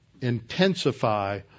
intensify